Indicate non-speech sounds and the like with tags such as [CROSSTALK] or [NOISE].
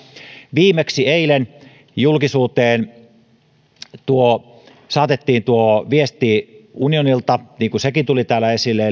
viimeksi eilen julkisuuteen saatettiin viesti unionilta niin kuin tuli täällä esille [UNINTELLIGIBLE]